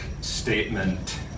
statement